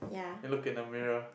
and look at the mirror